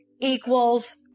equals